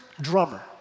drummer